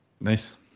Nice